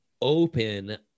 open